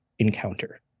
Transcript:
Encounter